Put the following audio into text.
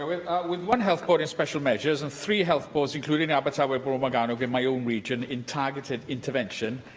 am with one health board in special measures and three health boards, including abertawe bro morgannwg in my own region, in targeted intervention,